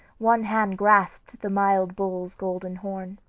one hand grasped the mild bull's golden horn.